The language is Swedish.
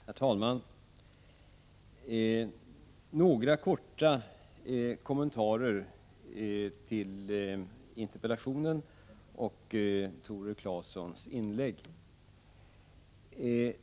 Herr talman! Jag vill göra några korta kommentarer efter Tore Claesons inlägg.